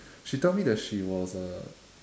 she tell me that she was uh